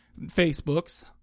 Facebooks